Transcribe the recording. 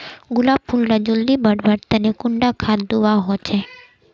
गुलाब फुल डा जल्दी बढ़वा तने कुंडा खाद दूवा होछै?